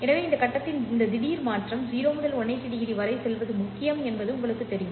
எனவே இந்த கட்டத்தின் இந்த திடீர் மாற்றம் 0 முதல் 180 டிகிரி வரை செல்வது முக்கியம் என்பது உங்களுக்குத் தெரியும்